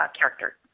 character